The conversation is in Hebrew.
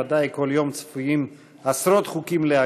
ודאי כל יום צפויים להגיע עשרות חוקים,